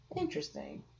Interesting